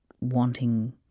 wanting